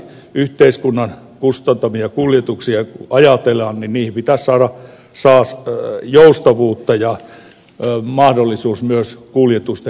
yhteiskunnan kustantamia kuljetuksia kun ajatellaan niin niihin pitäisi saada joustavuutta ja mahdollisuus myös kuljetusten yhdistämiseen